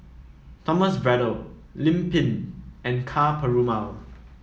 Thomas Braddell Lim Pin and Ka Perumal